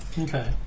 Okay